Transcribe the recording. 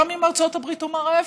גם אם ארצות הברית תאמר ההפך.